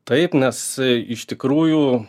taip nes iš tikrųjų